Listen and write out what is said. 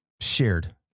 shared